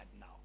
now